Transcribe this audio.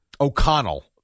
O'Connell